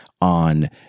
on